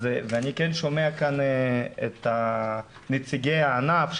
ואני כן שומע כאן את נציגי הענף,